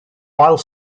while